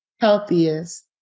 healthiest